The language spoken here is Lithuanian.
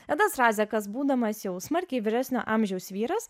edas razekas būdamas jau smarkiai vyresnio amžiaus vyras